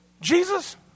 Jesus